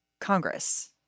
Congress